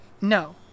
No